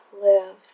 live